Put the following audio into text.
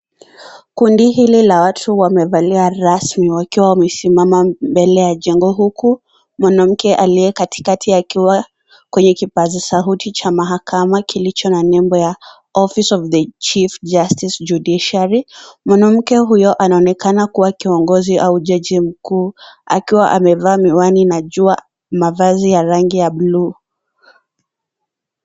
Kundi hili la watu wamevalia rasmi wakiwa wamesimama mbele ya huku mwanamke aliye katikati akiwa kwenye kipaza sauti cha mahakama akiwa na nembo Office of the Chief Justice Judiciary . Mwanamke huyo anaonekana kuwa kiongoz au jajii mkuu akiwa amevaa miwani najua mavazi ya bluu .